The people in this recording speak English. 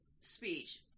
speech